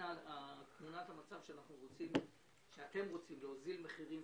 תמונת המצב היא שאתם רוצים להוזיל מחירים,